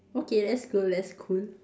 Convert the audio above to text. okay that's cool that's cool